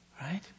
Right